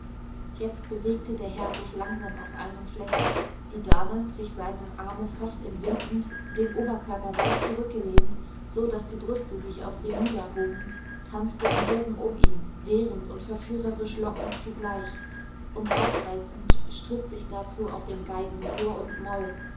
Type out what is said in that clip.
jetzt bewegte der herr sich langsam auf einem fleck die dame sich seinem arme fast entwindend den oberkörper weit zurückgelehnt so daß die brüste sich aus dem mieder hoben tanzte im bogen um ihn wehrend und verführerisch lockend zugleich und aufreizend stritt sich dazu auf den geigen dur und moll